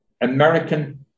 American